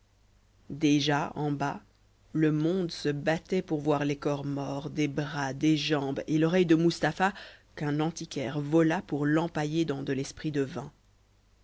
déjà en bas le monde se battait pour voir les corps morts des bras des jambes et l'oreille de mustapha qu'un antiquaire vola pour l'empailler dans de l'esprit de vin